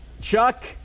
Chuck